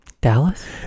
Dallas